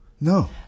No